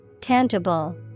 Tangible